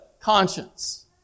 conscience